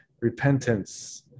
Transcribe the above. repentance